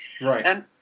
Right